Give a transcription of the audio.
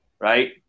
right